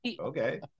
okay